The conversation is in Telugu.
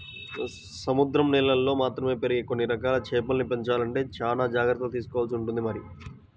సముద్రం నీళ్ళల్లో మాత్రమే పెరిగే కొన్ని రకాల చేపల్ని పెంచాలంటే చానా జాగర్తలు తీసుకోవాల్సి ఉంటుంది మరి